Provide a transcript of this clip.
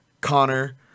Connor